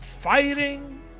fighting